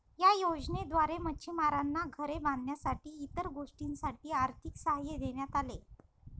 या योजनेद्वारे मच्छिमारांना घरे बांधण्यासाठी इतर गोष्टींसाठी आर्थिक सहाय्य देण्यात आले